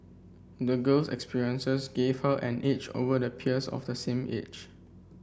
the girl's experiences gave her an edge over the peers of the same age